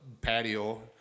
patio